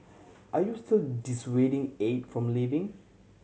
are you still dissuading Aide from leaving